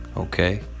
Okay